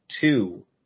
two